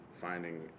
finding